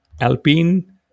Alpine